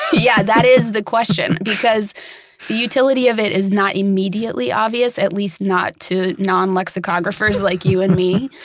yeah, that is the question because the utility of it is not immediately obvious, at least not to non-lexicographers like you and me,